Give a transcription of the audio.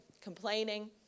complaining